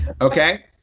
Okay